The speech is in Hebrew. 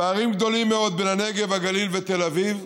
פערים גדולים מאוד בין הנגב והגליל לתל אביב.